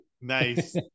Nice